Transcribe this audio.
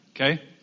Okay